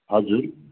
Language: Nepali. हजुर